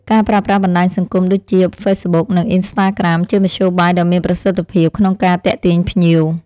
ការប្រើប្រាស់បណ្តាញសង្គមដូចជាហ្វេសប៊ុកនិងអុីនស្តាក្រាមជាមធ្យោបាយដ៏មានប្រសិទ្ធភាពក្នុងការទាក់ទាញភ្ញៀវ។